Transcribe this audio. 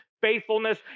faithfulness